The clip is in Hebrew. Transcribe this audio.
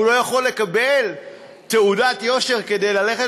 הוא לא יכול לקבל תעודת יושר כדי ללכת